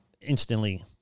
instantly